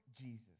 Jesus